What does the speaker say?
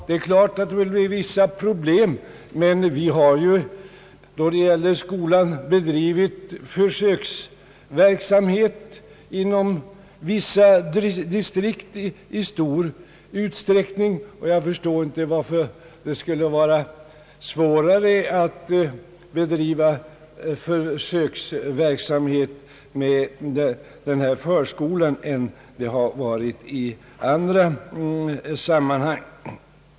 Det är klart att det skulle medföra vissa problem, men vi har ju i fråga om skolan i stor utsträckning bedrivit försöksverksamhet inom vissa distrikt. Jag förstår inte varför det skulle vara svårare att bedriva försöksverksamhet med en förskola än det har varit i andra sammanhang.